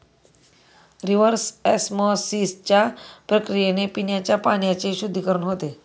reverse ऑस्मॉसिसच्या प्रक्रियेने पिण्याच्या पाण्याचे शुद्धीकरण होते